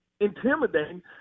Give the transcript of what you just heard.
intimidating